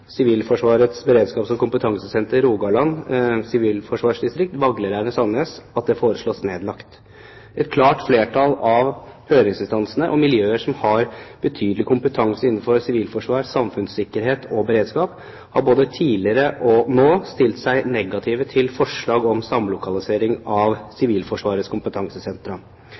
Sivilforsvarets beredskaps- og kompetansesenter, Rogaland sivilforsvarsdistrikt, Vagleleiren i Sandnes, blir nedlagt. Et klart flertall av høringsinstansene og miljøer som har betydelig kompetanse innenfor sivilforsvar, samfunnssikkerhet og beredskap, har både tidligere og nå stilt seg negative til forslag om samlokalisering av Sivilforsvarets kompetansesentre.